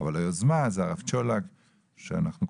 אבל היוזמה היא של הרב צ׳ולק,